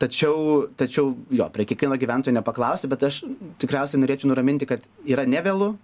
tačiau tačiau jo prie kiekvieno gyventojo nepaklausi bet aš tikriausiai norėčiau nuraminti kad yra ne vėlu